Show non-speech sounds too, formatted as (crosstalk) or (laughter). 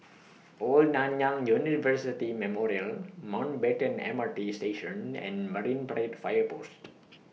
(noise) Old Nanyang University Memorial Mountbatten M R T Station and Marine Parade Fire Post